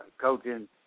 coaching